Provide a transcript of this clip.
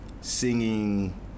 singing